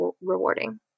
rewarding